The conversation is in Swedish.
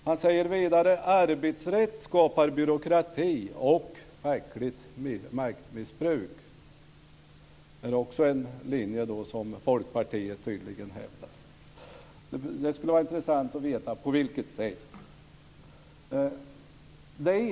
Han säger också att arbetsrätt skapar byråkrati och fackligt maktmissbruk. Också det är tydligen en linje som Folkpartiet följer. Det skulle vara intressant att veta på vilket sätt detta sker.